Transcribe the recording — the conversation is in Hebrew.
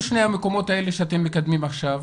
שאתם מקדמים עכשיו?